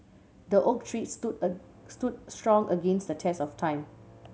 the oak tree stood stood strong against the test of time